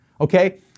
okay